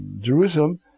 jerusalem